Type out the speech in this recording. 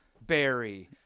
Barry